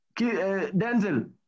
Denzel